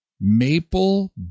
Maple